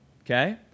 Okay